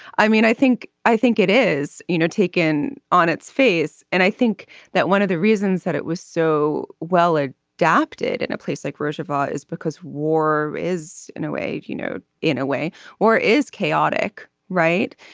i mean i think i think it is you know taken on its face and i think that one of the reasons that it was so well it dropped it in a place like roosevelt is because war is in a way you know in a way or is chaotic right.